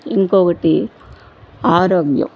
ఇంకొకటి ఆరోగ్యం